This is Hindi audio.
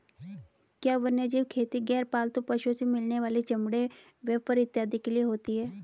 क्या वन्यजीव खेती गैर पालतू पशुओं से मिलने वाले चमड़े व फर इत्यादि के लिए होती हैं?